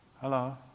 Hello